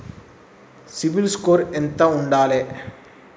CIBIL score ఎంత ఉండాలే?